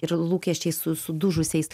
ir lūkesčiais su sudužusiais